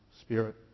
spirit